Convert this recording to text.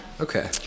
Okay